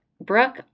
Brooke